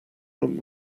long